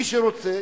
מי שרוצה,